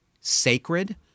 Sacred